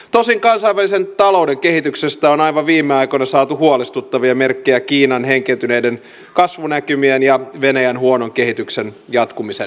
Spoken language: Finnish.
tosin kansainvälisen talouden kehityksestä on aivan viime aikoina saatu huolestuttavia merkkejä kiinan heikentyneiden kasvunäkymien ja venäjän huonon kehityksen jatkumisen seurauksena